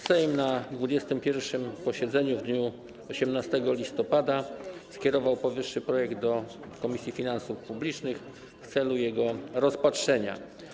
Sejm na 21. posiedzeniu w dniu 18 listopada skierował powyższy projekt do Komisji Finansów Publicznych w celu jego rozpatrzenia.